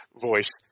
voice